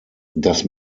das